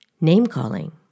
name-calling